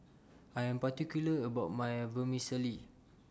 I Am particular about My Vermicelli